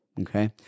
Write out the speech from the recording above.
Okay